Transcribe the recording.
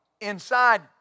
inside